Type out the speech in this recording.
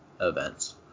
events